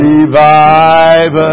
Revive